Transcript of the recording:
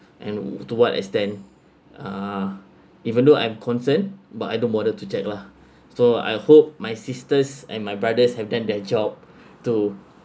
and to what extent uh even though I'm concerned but I don't bother to check lah so I hope my sisters and my brothers have done their job to